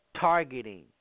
targeting